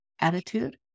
attitude